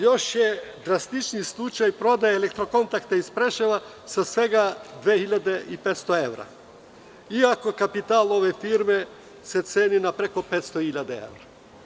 Još je drastičniji slučaj prodaje „Elektrokontakta“ iz Preševa za svega 2.500 evra, iako se kapital ove firme ceni na preko 500.000 evra.